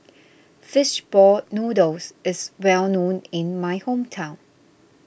Fish Ball Noodles is well known in my hometown